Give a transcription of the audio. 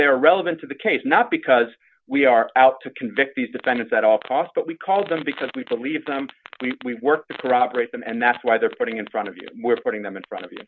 they are relevant to the case not because we are out to convict these defendants at all costs but we call them because we believe them we work for operate them and that's why they're putting in front of you we're putting them in front of you